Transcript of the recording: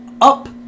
up